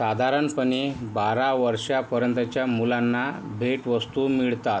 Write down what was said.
साधारणपणे बारा वर्षांपर्यंतच्या मुलांना भेटवस्तू मिळतात